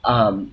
um